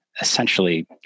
essentially